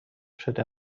شده